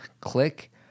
click